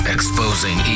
Exposing